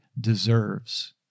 deserves